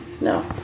no